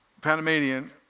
Panamanian